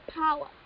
power